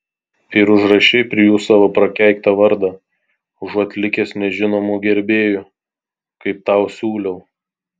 ir užrašei prie jų savo prakeiktą vardą užuot likęs nežinomu gerbėju kaip tau siūliau